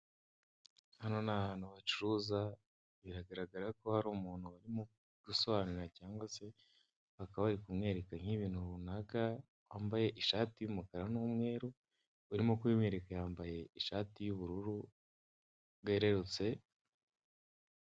Hano ni ahantu hacuruza biragaragara ko hari umuntu urimo gusobanura cyangwa se bakaba bari kumwereka nk'ibintu runaka wambaye ishati y'umukara n'umweru urimo kubimwereka yambaye ishati y'ubururu bwererutse.